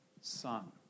son